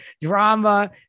drama